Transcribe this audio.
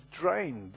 drained